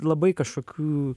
labai kažkokių